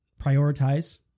prioritize